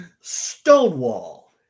stonewall